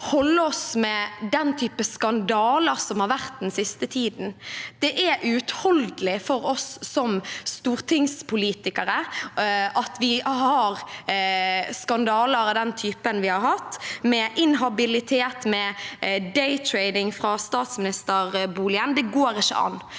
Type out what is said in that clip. holde oss med den typen skandaler som det har vært i den siste tiden. Det er uutholdelig for oss som stortingspolitikere at vi har skandaler av den typen vi har hatt, med inhabilitet, med daytrading fra statsministerboligen. Det går ikke an,